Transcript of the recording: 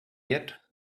yet